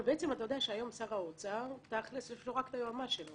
אבל אתה יודע שהיום לשר האוצר תכלס יש רק את היועמ"ש שלו.